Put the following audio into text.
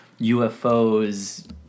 UFOs